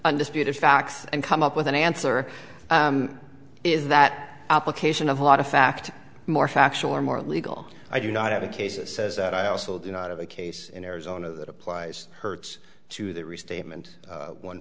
undisputed facts and come up with an answer is that application of a lot of fact more factual or more legal i do not have a case it says that i also do not have a case in arizona that applies hertz to the restatement